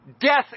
Death